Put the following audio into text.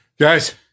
Guys